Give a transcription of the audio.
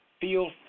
feel